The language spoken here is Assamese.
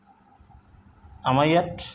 আমাৰ ইয়াত